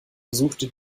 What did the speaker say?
besuchte